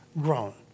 grown